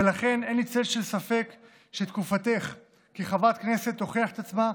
ולכן אין לי צל של ספק שתקופתך כחברת כנסת תוכיח את עצמה,